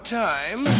time